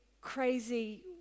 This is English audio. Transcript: crazy